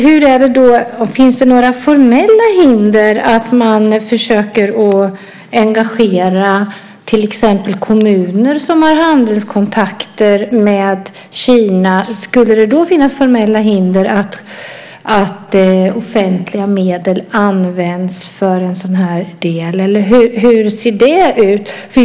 Herr talman! Finns det några formella hinder att försöka engagera till exempel kommuner som har handelskontakter med Kina? Skulle det finnas några formella hinder att använda offentliga medel för en sådan sak, eller hur ser det ut?